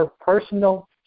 personal